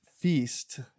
feast